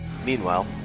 Meanwhile